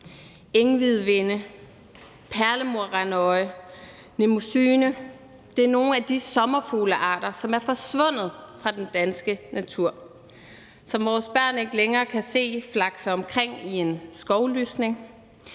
Enghvidvinde, perlemorrandøje, mnemosyne. Det er nogle af de sommerfuglearter, som er forsvundet fra den danske natur, og som vores børn ikke længere kan se flakse omkring i en skovlysning.